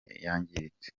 yangiritse